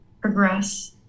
progress